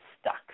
stuck